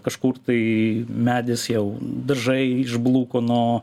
kažkur tai medis jau dažai išbluko nuo